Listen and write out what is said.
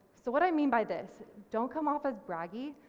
so what i mean by this, don't come off as braggy,